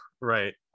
right